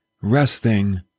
resting